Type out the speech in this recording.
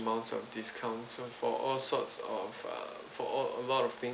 amounts of discounts so for all sorts of err for all a lot of things